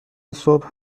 صبح